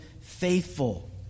faithful